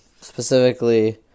specifically